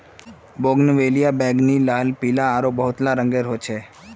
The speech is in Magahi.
बोगनवेलिया बैंगनी, लाल, पीला आरो बहुतला रंगेर ह छे